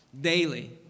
daily